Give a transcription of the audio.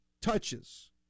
touches